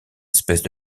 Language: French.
espèces